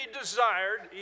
desired